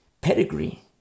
pedigree